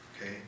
Okay